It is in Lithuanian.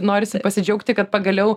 norisi pasidžiaugti kad pagaliau